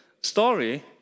story